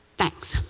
thanks.